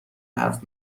حرف